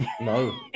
No